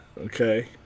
Okay